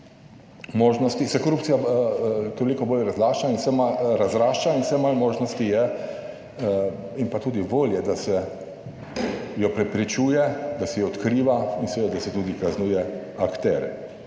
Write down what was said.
se korupcija toliko bolj razrašča in se razrašča in vse manj možnosti je, in pa tudi volje, da se jo prepričuje, da se jo odkriva in seveda, da se tudi kaznuje akterje.